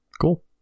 cool